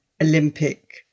Olympic